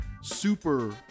super